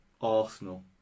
Arsenal